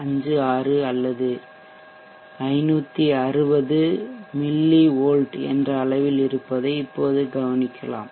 56 அல்லது 560 millivolt என்ற அளவில் இருப்பதை இப்போது கவனிக்கலாம்